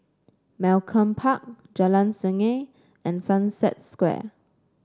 Malcolm Park Jalan Sungei and Sunset Square